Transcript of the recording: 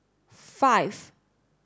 five